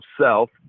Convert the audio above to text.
self